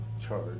charge